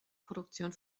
produktion